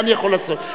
מה אני יכול לעשות?